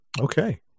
okay